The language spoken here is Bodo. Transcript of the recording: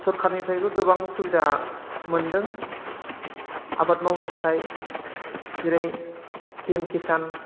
सोरखारनिफ्राबो गोबां सुबिदा मोनदों आबाद मावनो थाखाय जेरै पि एम खिसान